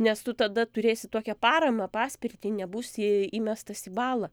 nes tu tada turėsi tokią paramą paspirtį nebūsi įmestas į balą